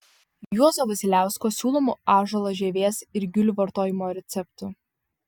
juozo vasiliausko siūlomų ąžuolo žievės ir gilių vartojimo receptų